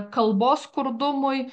kalbos skurdumui